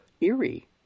eerie